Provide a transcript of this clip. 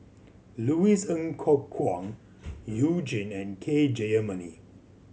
Louis Ng Kok Kwang You Jin and K Jayamani